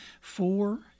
four